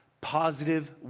positive